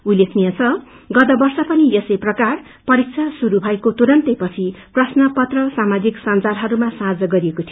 उल्लेखनीय छ गत वर्ष पनि यसै प्रकार परीक्षा श्रुरू भएको तुरन्तैपछि प्रश्न पत्र सोशल साइटमा साझा गरिएको थियो